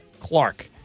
Clark